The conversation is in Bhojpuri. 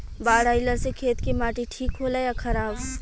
बाढ़ अईला से खेत के माटी ठीक होला या खराब?